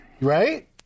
Right